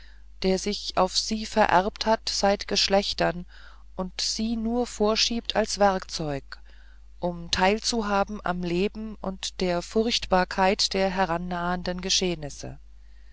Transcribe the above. der sich auf sie vererbt hat seit geschlechtern und sie nur vorschiebt als werkzeug um teilzuhaben am leben und der furchtbarkeit der herannahenden geschehnisse